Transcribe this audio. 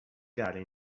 gare